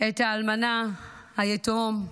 את האלמנה, היתום,